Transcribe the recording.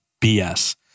BS